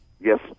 Yes